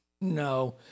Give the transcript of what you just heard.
no